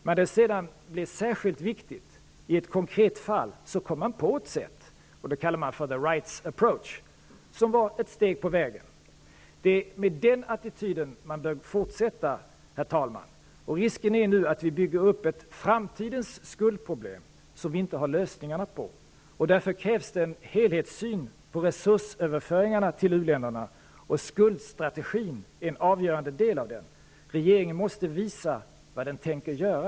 När det sedan blev särskilt viktigt i ett konkret fall kom man på ett sätt, som man kallar ''the right's approach'' och som var ett steg på vägen. Det är med den attityden man bör fortsätta, herr talman. Risken är nu att vi bygger upp ett framtidens skuldproblem, som vi inte har lösningarna på. Därför krävs det en helhetssyn på resursöverföringarna till u-länderna, och skuldstrategin är en avgörande del av den. Regeringen måste visa vad den tänker göra.